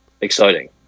exciting